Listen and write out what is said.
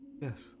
Yes